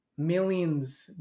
millions